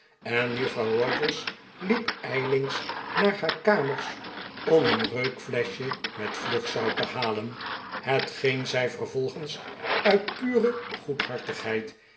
en juffrouw rogers liep ijlings naar haar kamers om een reukfleschje met vlugzout te halen hetwelk zij vervolgens uit pure